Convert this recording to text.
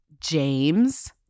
James